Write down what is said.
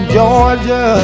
Georgia